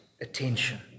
attention